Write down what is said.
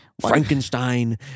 Frankenstein